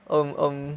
um um